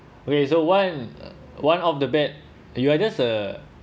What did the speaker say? okay so one one of the bad you are just a